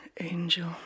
angel